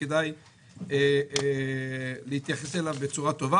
וכדאי להתייחס אליו בצורה טובה.